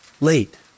Late